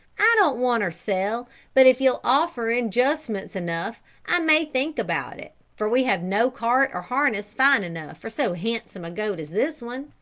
i don't want er sell but if ye'll offer injucements enough i may think about it, for we have no cart or harness fine enough for so handsome a goat as this one.